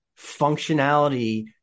functionality